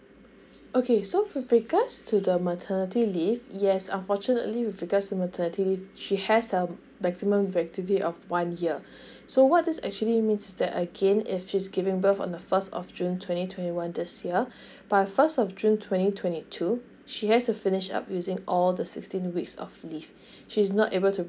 okay so with regards to the maternity leave yes unfortunately with regards to maternity leave she has a maximum maternity of one year so what this actually means is that again if she's giving birth on the first of june twenty twenty one this year by first of june twenty twenty two she has to finish up using all the sixteen weeks of leave she's not able to